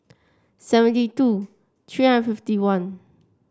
seventy two three hundred fifty one